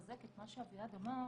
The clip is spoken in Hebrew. מה שאביעד אמר,